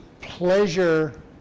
pleasure